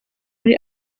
muri